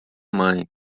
mãe